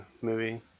movie